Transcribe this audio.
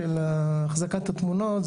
של החזקת התמונות,